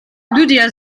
lydia